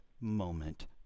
moment